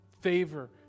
favor